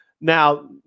Now